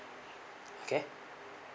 okay